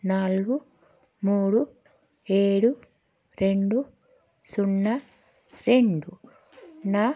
నాలుగు మూడు ఏడు రెండు సున్నా రెండు నా